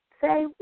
say